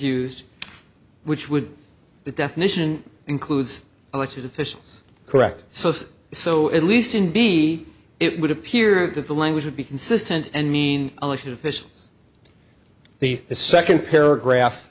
used which would the definition includes elected officials correct so so at least in b it would appear that the language would be consistent and mean elected officials the the second paragraph